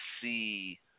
see